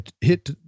hit